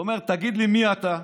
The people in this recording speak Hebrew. זאת אומרת, תגיד לי מי אתה,